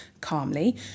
calmly